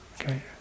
Okay